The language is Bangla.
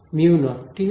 μ0 ঠিক আছে